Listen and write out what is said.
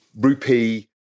rupee